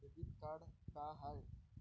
Credit card का हाय?